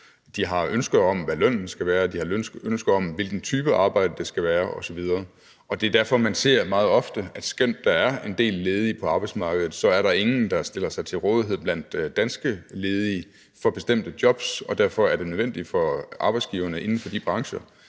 De har et ønske om, hvad lønnen skal være, de har et ønske om, hvilken type arbejde det skal være, osv. Det er derfor, man meget ofte ser, at skønt der er en del ledige på arbejdsmarkedet, så er der ingen, der stiller sig til rådighed blandt danske ledige for bestemte jobs, og derfor er det inden for de brancher